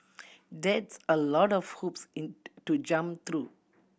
that's a lot of hoops in to jump through